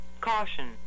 caution